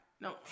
No